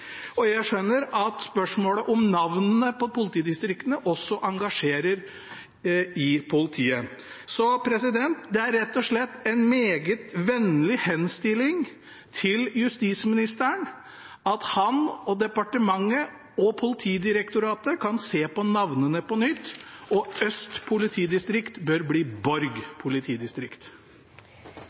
politiet. Jeg skjønner at spørsmålet om navnene på politidistriktene også engasjerer i politiet. Så det er rett og slett en meget vennlig henstilling til justisministeren om at han og departementet og Politidirektoratet kan se på navnene på nytt. Politidistrikt Øst bør bli